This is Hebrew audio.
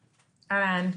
אהלן.